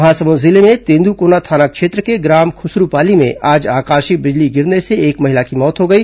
महासमुंद जिले में तेंद्रकोना थाना क्षेत्र के ग्राम खुसरूपाली में आज आकाशीय बिजली गिरने से एक महिला की मौत हो गई